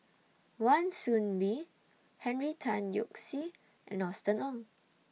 Wan Soon Bee Henry Tan Yoke See and Austen Ong